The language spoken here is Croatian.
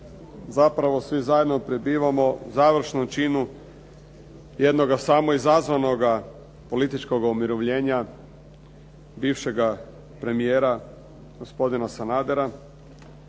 zapravo svi zajedno prebivamo završnom činu jednoga samoizazvanoga političkoga umirovljenja bivšega premijera, gospodina Sanadera